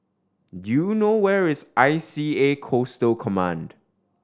do you know where is I C A Coastal Command